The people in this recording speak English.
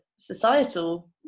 Societal